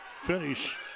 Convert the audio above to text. finish